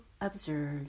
observe